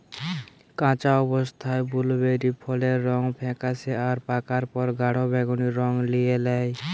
কাঁচা অবস্থায় বুলুবেরি ফলের রং ফেকাশে আর পাকার পর গাঢ় বেগুনী রং লিয়ে ল্যায়